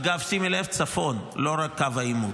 אגב, שימי לב: צפון, לא רק קו העימות.